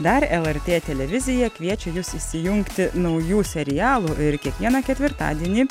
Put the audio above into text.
dar lrt televizija kviečia jus įsijungti naujų serialų ir kiekvieną ketvirtadienį